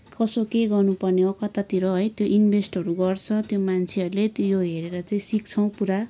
कसो के गर्नुपर्ने हो कतातिर है त्यो इन्भेस्टहरू गर्छ त्यहाँ मान्छेहरूले त्यो हेरेर चाहिँ सिक्छौँ पुरा